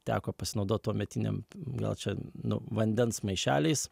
teko pasinaudot tuometinėm gal nu vandens maišeliais